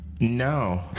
No